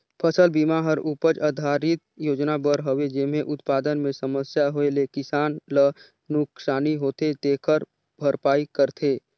फसल बिमा हर उपज आधरित योजना बर हवे जेम्हे उत्पादन मे समस्या होए ले किसान ल नुकसानी होथे तेखर भरपाई करथे